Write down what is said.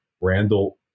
Randall